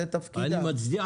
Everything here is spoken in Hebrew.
זה תפקידם.